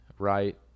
right